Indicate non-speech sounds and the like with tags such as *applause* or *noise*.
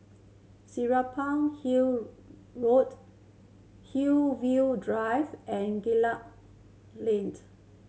Serapong Hill Road Hillview Drive and *unintelligible* Link